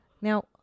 Now